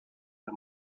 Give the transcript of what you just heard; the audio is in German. der